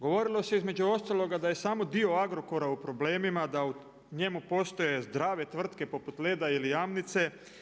Govorilo se između ostaloga da je samo dio Agrokora u problemima, da u njemu postoje zdrave tvrtke poput Leda ili Jamnice.